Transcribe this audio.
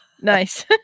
nice